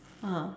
ah